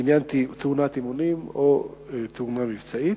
בעניין תאונת אימונים או תאונה מבצעית,